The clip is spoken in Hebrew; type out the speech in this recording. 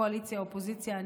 קואליציה-אופוזיציה.